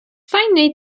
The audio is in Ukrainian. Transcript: файної